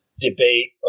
debate